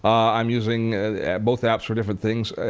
i'm using both apps for different things.